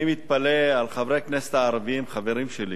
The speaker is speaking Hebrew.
אני מתפלא על חברי הכנסת הערבים, חברים שלי,